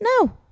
No